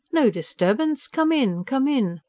no disturbance! come in, come in!